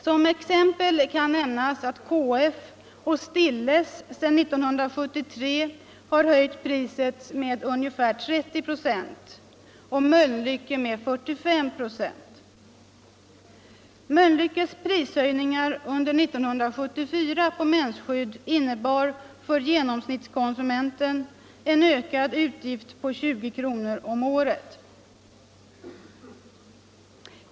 Som exempel kan nämnas att KF och Stilles sedan 1973 har höjt priset med ungefär 30 96 och Mölnlycke med 45 96. Mölnlyckes prishöjningar under 1974 på mensskydd innebar för genomsnittskonsumenten en ökad utgift på 20 kr. om året.